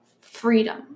freedom